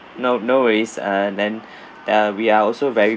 no no worries ah then uh we are also very